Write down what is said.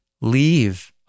Leave